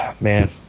Man